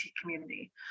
community